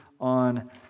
on